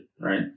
right